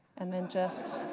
and then just